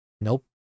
Nope